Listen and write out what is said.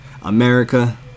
America